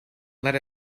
let